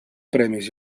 premis